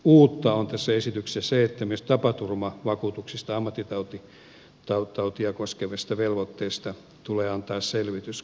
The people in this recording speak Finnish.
uutta on tässä esityksessä se että myös tapaturmavakuutuksista ja ammattitautia koskevista velvoitteista tulee antaa selvitys